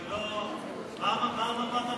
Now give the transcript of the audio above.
אני לא, מה, מה אתה